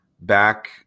back